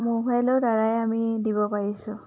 মোবাইলৰ দ্বাৰাই আমি দিব পাৰিছোঁ